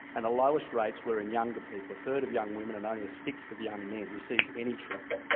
and the lowest rates were in younger people, a third of young women and only a sixth of young men received any treatment.